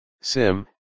sim